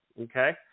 Okay